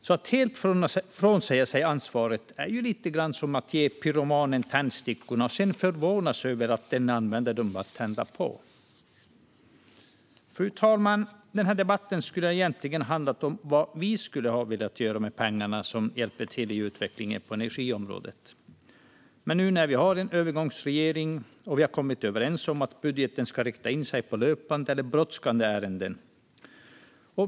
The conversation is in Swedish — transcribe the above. Så att helt frånsäga sig ansvaret är ju lite grann som att ge pyromanen tändstickorna och sedan förvånas över att denne använder dem till att tända på. Fru talman! Den här debatten skulle egentligen ha handlat om vad vi skulle vilja göra med pengarna som hjälper till i utvecklingen på energiområdet. Men nu har vi en övergångsregering, och vi har kommit överens om att budgeten ska rikta in sig på löpande eller brådskande ärenden.